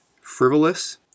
frivolous